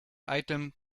item